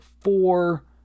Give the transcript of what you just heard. four